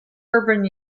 urban